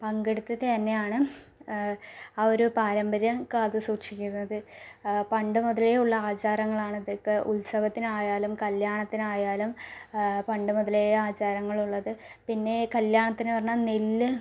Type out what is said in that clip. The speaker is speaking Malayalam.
പങ്കെടുത്തിട്ട് തന്നെയാണ് ആ ഒരു പാരമ്പര്യം കാത്തു സൂക്ഷിക്കുന്നത് പണ്ടുമുതലേയുള്ള ആചാരങ്ങൾ ആണിതൊക്കെ ഉത്സവത്തിനായാലും കല്യാണത്തിനായാലും പണ്ട് മുതലേ ആചാരങ്ങൾ ഉള്ളത് പിന്നെ കല്യാണത്തിന് പറഞ്ഞാൽ നെല്ല്